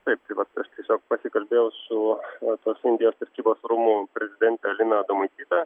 taip tai vat aš tiesiog pasikalbėjau su na tos indijos prekybos rūmų prezidente alina adomaitytė